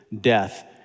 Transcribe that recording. death